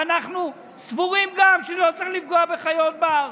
וגם אנחנו סבורים שלא צריך לפגוע בחיות בר,